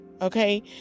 okay